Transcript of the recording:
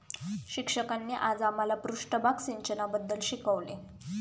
शिक्षकांनी आज आम्हाला पृष्ठभाग सिंचनाबद्दल शिकवले